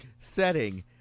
Setting